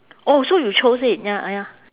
oh so you chose it ya ah ya